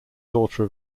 daughter